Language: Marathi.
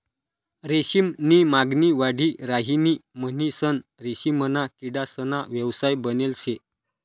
रेशीम नी मागणी वाढी राहिनी म्हणीसन रेशीमना किडासना व्यवसाय बनेल शे